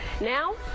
Now